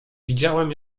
widziałem